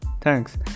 thanks